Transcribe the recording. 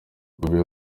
bobi